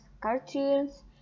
cartoons